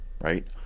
right